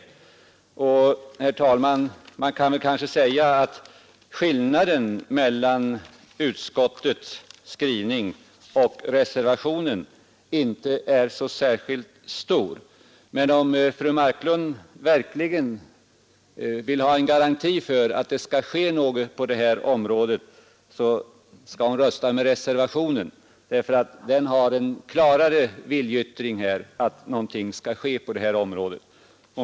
Herr talman! Man kan kanske säga att skillnaden mellan utskottets skrivning och reservationen inte är så särskilt stor, men om fru Marklund verkligen vill ha en garanti för att det skall ske något på detta område, skall hon rösta med reservationen Den har en klarare viljeyttring att någonting skall ske på detta område.